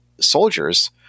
soldiers